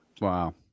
wow